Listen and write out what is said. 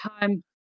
time